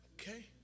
okay